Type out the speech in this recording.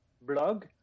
blog